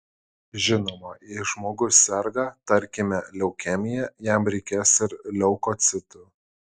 žinoma jei žmogus serga tarkime leukemija jam reikės ir leukocitų